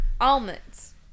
almonds